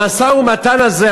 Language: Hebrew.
המשא-ומתן הזה,